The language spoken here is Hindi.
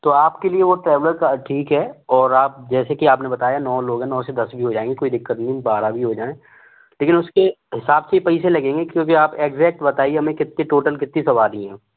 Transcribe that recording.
तो आपके लिए वह ट्रैवलर्स गाड़ी ठीक है और आप जैसे कि आपने बताया नौ लोग है नौ से दस भी हो जाएँगे कोई दिक़्क़त नहीं बारह भी हो जाएँ लेकिन उसके हिसाब से पैसे लगेंगे क्योंकि आप एग्ज़ैक्ट बताइए हमें कितने टोटल कितनी सवारी है